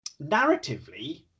narratively